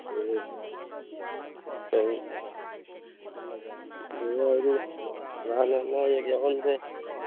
ꯎꯝ ꯑꯩ ꯅꯨꯡꯉꯥꯏꯔꯤ ꯑꯂꯥꯅ ꯑꯅꯥ ꯑꯌꯦꯛ ꯌꯥꯎꯍꯟꯗꯦ